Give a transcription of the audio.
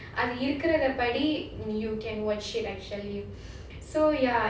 அது இருக்கிறத படி:adhu irukradha padi you can watch it actually